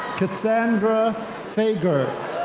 cassandra fegert.